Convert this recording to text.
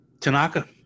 Tanaka